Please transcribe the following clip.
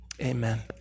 amen